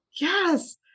Yes